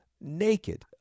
naked